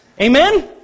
Amen